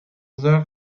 ازار